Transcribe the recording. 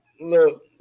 Look